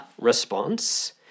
response